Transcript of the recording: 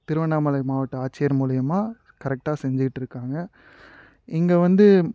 திருவண்ணாமலை மாவட்ட ஆட்சியர் மூலிமா கரெக்டாக செஞ்சிக்கிட்டிருக்காங்க இங்கே வந்து